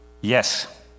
Yes